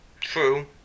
True